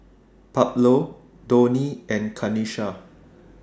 Pablo Donnie and Kanisha